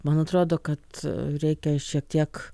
man atrodo kad reikia šiek tiek